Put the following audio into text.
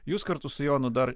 jūs kartu su jonu dar